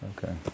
Okay